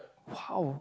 !wow!